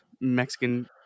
mexican